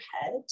head